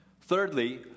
Thirdly